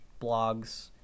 blogs